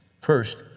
First